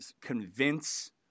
convince